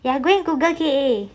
ya go and google K_A